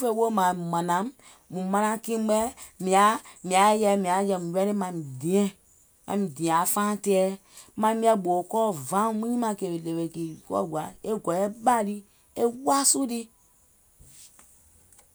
fè woò mààŋùm mànàìm, mùŋ manaŋ kii mɛ̀ mààŋ mùŋ yaà yɛi mùŋ yaà yɛi mùŋ ready maim diɛ̀ŋ, maim dìɛ̀ŋ aŋ faaàŋ tɛɛ, maim yɛi gbòò kɔɔ vauŋ muŋ nyimààŋ ɗèwè kìì kɔɔ gbòaim, e gɔ̀ɔ̀yɛ̀ɛ ɓàa lii, e waasu lii.